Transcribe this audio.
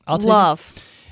Love